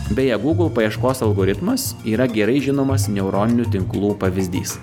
beje google paieškos algoritmas yra gerai žinomas neuroninių tinklų pavyzdys